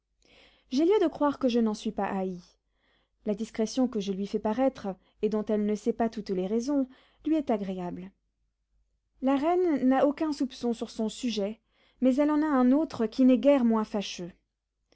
j'ai lieu de croire que je n'en suis pas haï la discrétion que je lui fais paraître et dont elle ne sait pas toutes les raisons lui est agréable la reine n'a aucun soupçon sur son sujet mais elle en a un autre qui n'est guère moins fâcheux